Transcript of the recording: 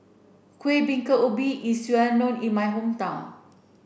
Kueh Bingka Ubi is well known in my hometown